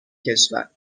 کشور